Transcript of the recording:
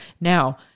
Now